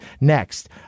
Next